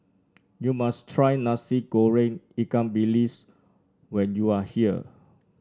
you must try Nasi Goreng Ikan Bilis when you are here